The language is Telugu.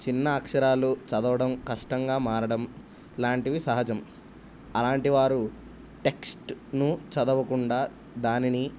చిన్న అక్షరాలు చదవడం కష్టంగా మారడం లాంటివి సహజం అలాంటి వారు టెక్స్ట్ను చదవకుండా దానిని